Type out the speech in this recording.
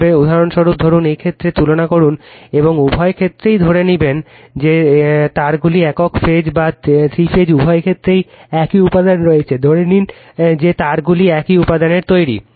উদাহরণস্বরূপ ধরুন এই ক্ষেত্রে তুলনা করুন এবং উভয় ক্ষেত্রেই ধরে নিবেন যে তারগুলি একক ফেজ বা তিন ফেজ উভয় ক্ষেত্রেই একই উপাদানে রয়েছে ধরে নিন যে তারগুলি একই উপাদানের তৈরি